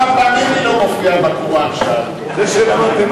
כמה פעמים היא לא מופיעה בקוראן, שאלתי.